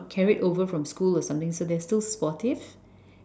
carried over from school or something so they're still sportive